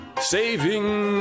Saving